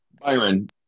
Byron